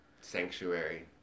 Sanctuary